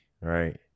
right